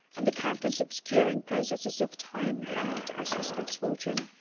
and the countless obscuring processes of time had, as respects fortune,